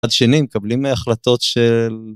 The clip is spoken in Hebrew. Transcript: מצד שני מקבלים החלטות ש...